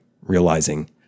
realizing